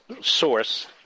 source